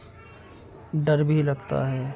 ڈر بھی لگتا ہے